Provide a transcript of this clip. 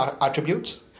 attributes